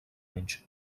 anys